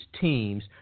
teams